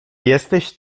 jesteś